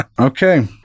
Okay